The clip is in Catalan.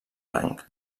rang